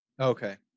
Okay